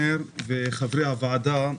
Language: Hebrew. בחשוון התשפ"ב,